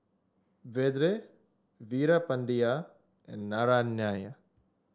Vedre Veerapandiya and Naraina